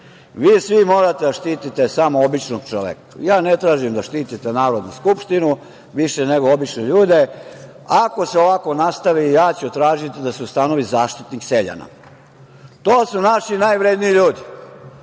Vi svi morate da štitite samo običnog čoveka. Ja ne tražim da štitite narod i Skupštinu više nego obične ljude, ako se ovako nastavi ja ću tražiti da se ustanovi „zaštitnik seljana“. To su naši najvredniji ljudi.